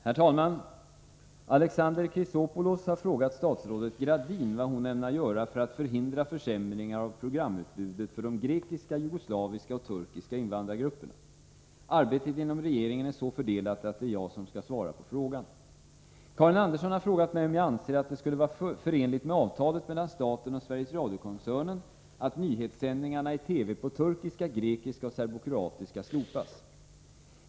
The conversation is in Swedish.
Herr talman! Alexander Chrisopoulos har frågat statsrådet Gradin vad hon ämnar göra för att förhindra försämringar av programutbudet för de grekiska, jugoslaviska och turkiska invandrargrupperna. Arbetet inom regeringen är så fördelat att det är jag som skall svara på frågan. Karin Andersson har frågat mig om jag anser att det skulle vara förenligt med avtalet mellan staten och Sveriges Radio-koncernen att nyhetssändningarna i TV på turkiska, grekiska och serbokroatiska slopas.